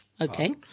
Okay